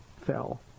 fell